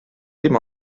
dim